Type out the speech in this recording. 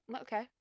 okay